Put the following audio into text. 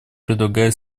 предлагаю